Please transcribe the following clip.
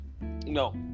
No